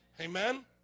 Amen